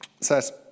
says